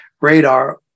radar